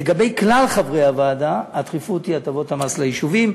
לגבי כלל חברי הוועדה הדחיפות היא הטבות המס ליישובים,